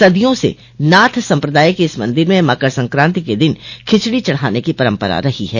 सदियों से नाथ सम्प्रदाय के इस मंदिर में मकर संक्रांति के दिन खिचड़ी चढ़ाने की परम्परा रही है